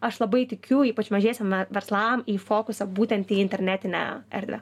aš labai tikiu ypač mažiesiem verslam į fokusą būtent į internetinę erdvę